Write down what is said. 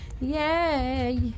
Yay